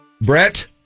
Brett